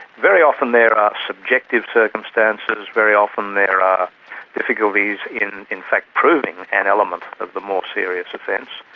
very often there are subjective circumstances, very often there are difficulties in, in fact, proving an element of the more serious offence,